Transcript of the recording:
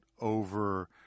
over